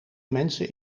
mensen